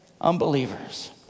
Unbelievers